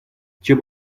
чем